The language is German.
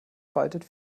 faltet